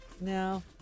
No